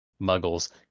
muggles